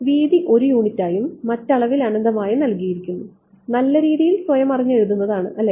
വീതി 1 യൂണിറ്റായും മറ്റ് അളവിൽ അനന്തമായും നൽകിയിരിക്കുന്നു നല്ല രീതിയിൽ സ്വയം അറിഞ്ഞ് എഴുതുന്നതാണ് അല്ലേ